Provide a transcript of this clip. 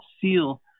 seal